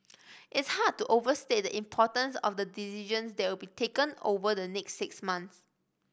it's hard to overstate the importance of the decisions that will be taken over the next six months